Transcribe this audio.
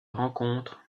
rencontre